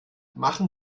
machen